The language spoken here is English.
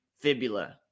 fibula